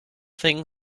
thing